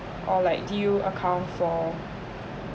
or like do you account for